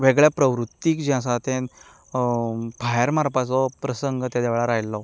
वेगळ्या प्रवृत्तीक जे आसा तें भायर मारपाचो प्रसंग तेदे वेळार आयल्लो